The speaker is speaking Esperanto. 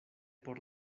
por